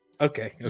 Okay